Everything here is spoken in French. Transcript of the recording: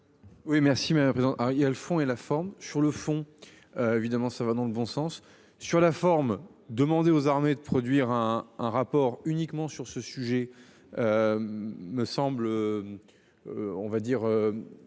Oui merci mais à présent il y a le fond et la forme, sur le fond. Évidemment, ça va dans le bon sens. Sur la forme demandées aux armées de produire un rapport uniquement sur ce sujet. Me semble. On va dire.